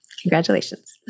Congratulations